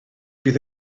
bydd